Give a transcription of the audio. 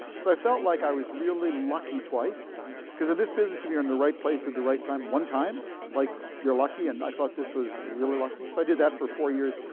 so i felt like i was really lucky twice because in this business if you're at and the right place at the right time one time like you're lucky and i thought this was really lucky so i did that for four years.